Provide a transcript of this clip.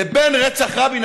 לבין רצח רבין,